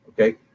okay